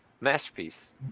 masterpiece